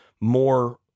more